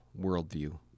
worldview